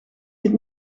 het